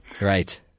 Right